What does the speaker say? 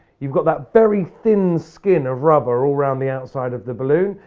you've got that very thin skin of rubber all round the outside of the balloon.